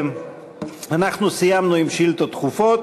אנחנו סיימנו את השאילתות הדחופות